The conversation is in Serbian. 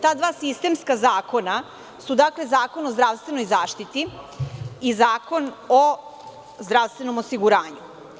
Ta dva sistemska zakona su Zakon o zdravstvenoj zaštiti i Zakon o zdravstvenom osiguranju.